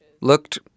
looked